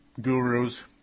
gurus